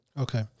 Okay